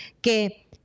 que